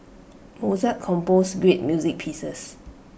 Mozart composed great music pieces